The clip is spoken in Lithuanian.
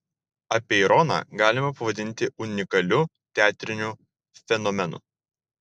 apeironą galima pavadinti unikaliu teatriniu fenomenu